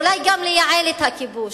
אולי גם לייעל את הכיבוש?